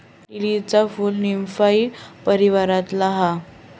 लीलीचा फूल नीमफाई परीवारातला हा